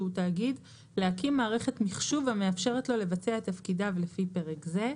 תאגיד להקים מערכת מחשוב המאפשרת לו לבצע את תפקידיו לפי פרק זה".